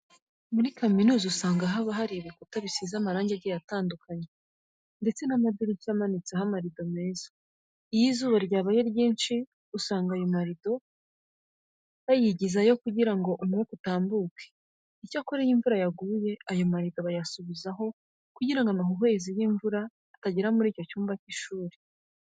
Muri kaminuza usanga haba hari ibikuta bisize amarangi agiye atandukanye ndetse n'amadirishya amanitseho amarido meza. Iyo izuba ryabaye ryinshi usanga ayo marido bayigizayo kugira ngo umwuka utambuke, icyakora iyo imvura yaguye ayo marido bayasubizaho kugira ngo amahuhwezi y'imvura atagera muri icyo cyumba cy'ishuri.